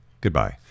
Goodbye